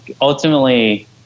Ultimately